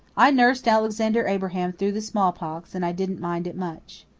i nursed alexander abraham through the smallpox, and i didn't mind it much.